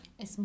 Es